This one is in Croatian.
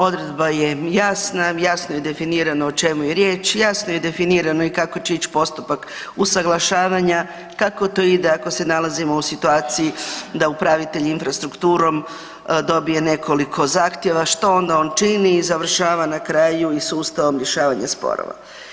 Odredba je jasna, jasno je definirano o čemu je riječ, jasno je definirano i kako će ići postupak usuglašavanja, kako to ide ako se nalazimo u situaciji da upravitelj infrastrukturom dobije nekoliko zahtjeva, što onda on čini i završava na kraju i sustavom rješavanja sporova.